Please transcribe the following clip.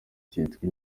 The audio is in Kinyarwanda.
cyitwa